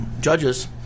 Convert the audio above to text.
judges